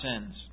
sins